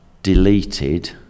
deleted